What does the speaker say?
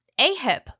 AHIP